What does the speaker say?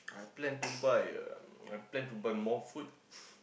I plan to buy um I plan to buy more food